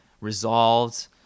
resolved